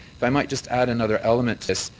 if i might just add another element to this,